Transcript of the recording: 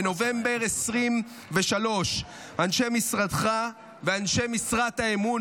בנובמבר 2023 אנשי משרדך ואנשי משרת האמון